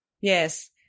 yes